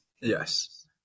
yes